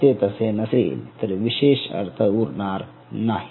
जर ते तसे नसेल तर विशेष अर्थ उरणार नाही